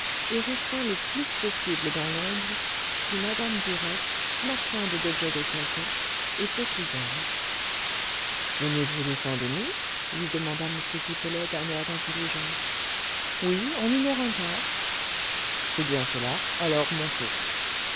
et restant le plus possible dans l'ombre si mme burette marchande d'objets d'occasion était chez elle venez-vous de saint-denis lui demanda m pipelet d'un air d'intelligence oui en une heure un quart c'est bien cela alors montez